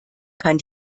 kann